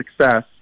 success